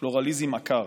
ופלורליזם עקר.